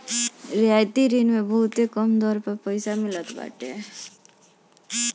रियायती ऋण मे बहुते कम दर पअ पईसा मिलत बाटे